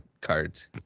cards